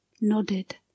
nodded